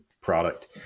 product